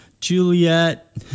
Juliet